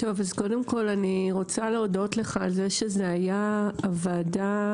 קודם כל אני מודה לך על שזו היתה הוועדה